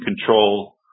control